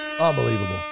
Unbelievable